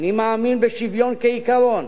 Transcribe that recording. אני מאמין בשוויון כעיקרון.